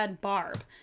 barb